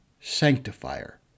Sanctifier